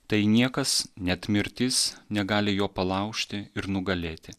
tai niekas net mirtis negali jo palaužti ir nugalėti